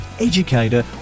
educator